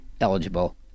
eligible